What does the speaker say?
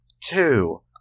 two